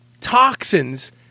toxins